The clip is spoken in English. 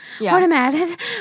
Automated